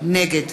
נגד